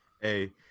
Hey